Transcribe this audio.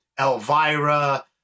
Elvira